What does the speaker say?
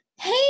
hey